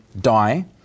die